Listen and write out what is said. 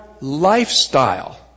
lifestyle